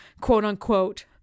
quote-unquote